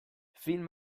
film